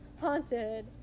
Haunted